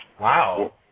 Wow